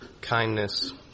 kindness